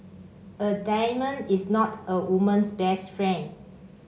a diamond is not a woman's best friend